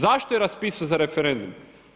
Zašto je raspisao za referendum?